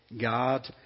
God